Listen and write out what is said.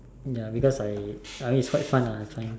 ya because I I mean it's quite fun ah I find